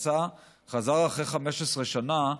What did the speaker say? יצא וחזר אחרי 15 שנה,